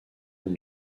long